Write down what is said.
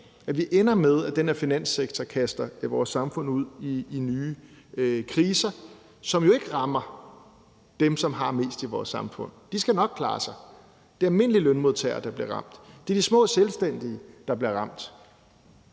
at vi ender med, at den her finanssektor kaster vores samfund ud i nye kriser, som jo ikke rammer dem, som har mest, i vores samfund. De skal nok klare sig. Det er almindelige lønmodtagere, der bliver ramt, og det er de små selvstændige, der bliver ramt,